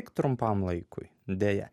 trumpam laikui deja